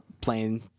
playing